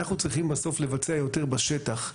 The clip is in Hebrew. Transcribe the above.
אנחנו צריכים בסוף לבצע יותר בשטח,